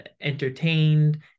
entertained